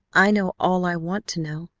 i know all i want to know,